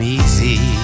easy